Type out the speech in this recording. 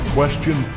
Question